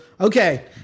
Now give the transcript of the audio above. okay